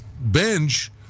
bench